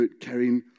carrying